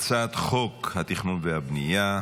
הצעת חוק התכנון והבנייה,